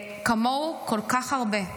כמוהו יש כל כך הרבה.